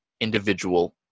individual